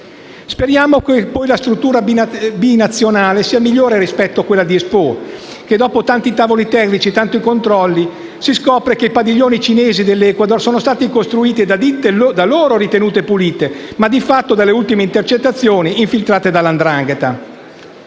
Speriamo poi che la struttura binazionale sia migliore rispetto a quella di Expo; dopo tanti tavoli tecnici e controlli si scopre che i padiglioni cinese e dell'Ecuador sono stati costruiti da ditte risultate pulite, ma di fatto, come risultato dalle ultime intercettazioni, infiltrate dalla 'ndrangheta.